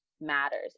matters